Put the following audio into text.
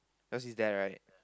yours is that right